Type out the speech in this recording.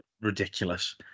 ridiculous